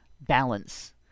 balance